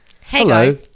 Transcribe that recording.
hello